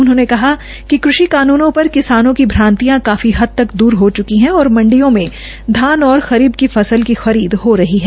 उन्होंने कहा कि कृषि कानूनों पर किसानों की भ्रांतियां काफी हद तक दूर हो चुकी हैं और मंडियों में धान और खरीफ की फसल की खरीद हो रही है